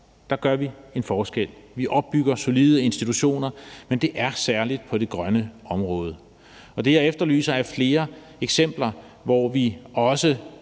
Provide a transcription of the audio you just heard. Der gør vi en forskel. Vi opbygger solide institutioner, men det er særlig på det grønne område. Og det, jeg efterlyser, er flere eksempler, hvor vi også